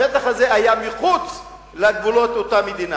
השטח הזה היה מחוץ לגבולות אותה מדינה.